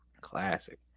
Classic